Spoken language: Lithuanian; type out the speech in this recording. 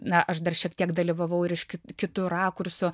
na aš dar šiek tiek dalyvavau kitu rakursu